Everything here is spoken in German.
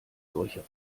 solche